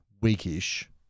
weakish